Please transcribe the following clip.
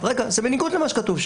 זה בניגוד למה שכתוב,